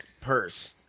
purse